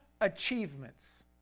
achievements